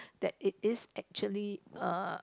that it is actually uh